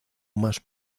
más